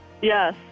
Yes